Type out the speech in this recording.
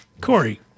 Corey